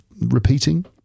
repeating